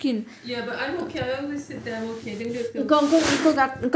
ya but I'm okay I always sit there I'm okay jangan duduk situ